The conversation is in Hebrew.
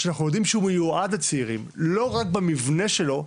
שאנחנו יודעים שהוא מיועד לצעירים ולא רק במבנה שלו,